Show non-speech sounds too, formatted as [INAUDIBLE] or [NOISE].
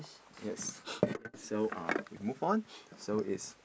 yes [NOISE] K so uh we move on so is